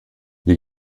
die